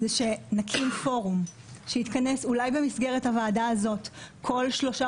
הוא שנקים פורום שיתכנס אולי במסגרת הוועדה הזאת כל שלושה